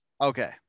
Okay